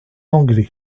anglais